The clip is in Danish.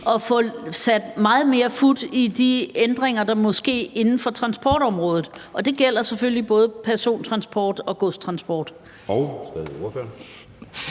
at få sat meget mere fut i de ændringer inden for transportområdet? Og det gælder selvfølgelig både persontransport og godstransport. Kl. 10:39 Anden